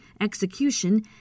execution